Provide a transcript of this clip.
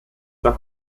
der